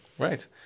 Right